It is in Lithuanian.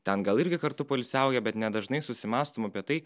ten gal irgi kartu poilsiauja bet nedažnai susimąstom apie tai